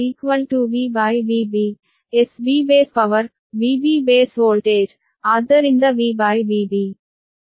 SB base power VB base voltage ಆದ್ದರಿಂದ VVB